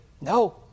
No